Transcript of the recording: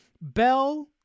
Bell